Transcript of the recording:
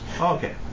Okay